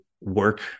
work